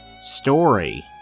story